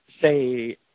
say